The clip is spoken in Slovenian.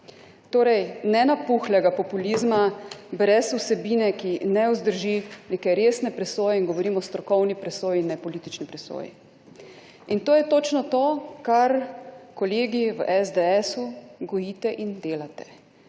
Torej ne napuhlega populizma brez vsebine, ki ne vzdrži neke resne presoje in govorim o strokovni presoji in nepolitični presoji. In to je točno to, kar kolegi v SDS gojite in delate.